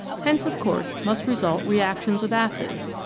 hence, of course, must result reactions of acids,